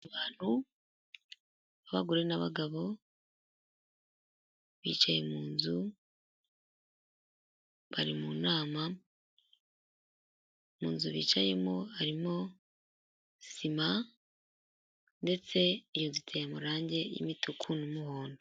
Abantu b'abagore n'abagabo bicaye mu nzu bari mu nama, mu nzu bicayemo harimo sima ndetse iyi nzu iteye amarange y'imituku n'umuhondo.